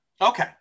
Okay